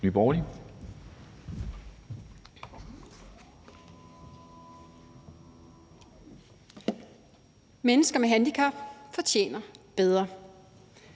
(NB): Mennesker med handicap fortjener bedre.